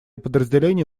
подразделения